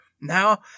Now